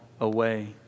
Away